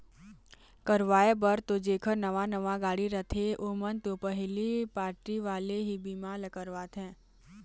करवाय बर तो जेखर नवा नवा गाड़ी रथे ओमन तो पहिली पारटी वाले ही बीमा ल करवाथे